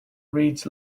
reads